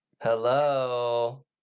Hello